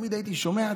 תמיד הייתי שומע,